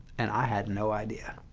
and i had no idea.